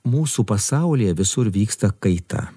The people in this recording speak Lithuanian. mūsų pasaulyje visur vyksta kaita